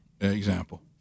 example